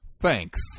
thanks